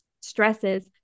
stresses